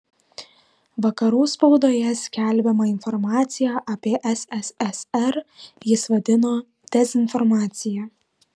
vakarų spaudoje skelbiamą informaciją apie sssr jis vadino dezinformacija